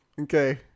Okay